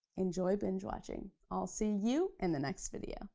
enjoy binge watching. i'll see you in the next video.